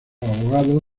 abogado